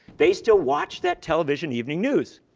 they still watch that television evening news.